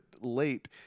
late